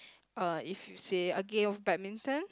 uh if you say a game of badminton